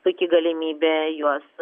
puiki galimybė juos